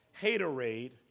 haterade